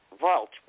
vault